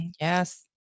yes